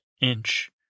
inch